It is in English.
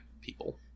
people